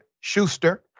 Schuster